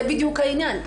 זה בדיוק העניין,